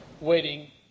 waiting